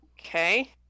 Okay